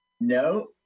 No